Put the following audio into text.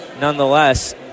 nonetheless